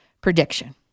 prediction